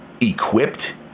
equipped